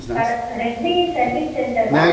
red मि service centre वा